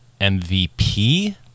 MVP